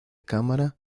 cámara